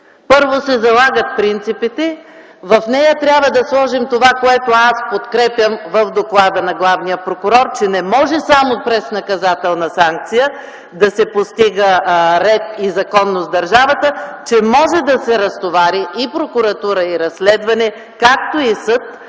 първо се залагат принципите. В нея трябва да сложим онова, което аз подкрепям в доклада на главния прокурор – че не може само с наказателна санкция да се постига ред и законност в държавата, че прокуратурата, разследването и съдът